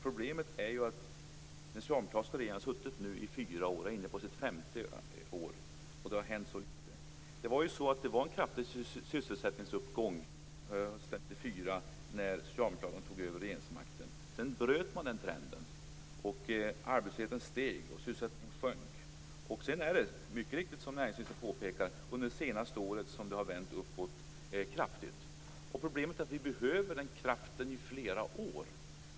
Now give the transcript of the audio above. Problemet är ju att den socialdemokratiska regeringen nu har suttit i fyra år och är inne på sitt femte år och att så lite har hänt. Det skedde en kraftig sysselsättningsuppgång hösten 1994 när Socialdemokraterna tog över regeringsmakten. Sedan bröts den trenden, och arbetslösheten steg, och sysselsättningen sjönk. Sedan har det, som näringsministern mycket riktigt påpekade, under det senaste året vänt kraftigt uppåt. Problemet är att vi behöver den kraften i flera år.